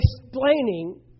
explaining